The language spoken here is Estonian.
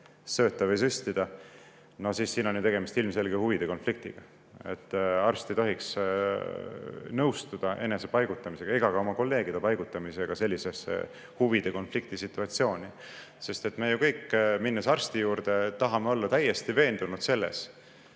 sööta või süstida, siis on ju tegemist ilmselge huvide konfliktiga. Arst ei tohiks nõustuda enese ega ka oma kolleegide paigutamisega sellisesse huvide konflikti situatsiooni. Me ju kõik, minnes arsti juurde, tahame olla täiesti veendunud selles,